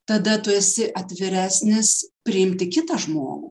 tada tu esi atviresnis priimti kitą žmogų